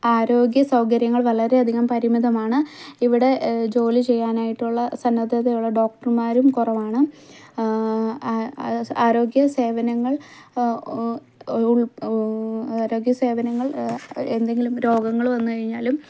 ആരോഗ്യ സൗകര്യങ്ങള് വളരെയധികം പരിമിതമാണ് ഇവിടെ ജോലി ചെയ്യാനായിട്ടുള്ള സന്നദ്ധത ഉള്ള ഡോക്ടര്മാരും കുറവാണ് ആരോഗ്യ സേവനങ്ങള് ഉള് ആരോഗ്യ സേവനങ്ങള് എന്തെങ്കിലും രോഗങ്ങൾ വന്ന് കഴിഞ്ഞാലും